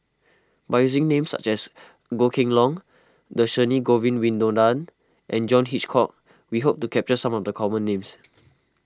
by using names such as Goh Kheng Long Dhershini Govin Winodan and John Hitchcock we hope to capture some of the common names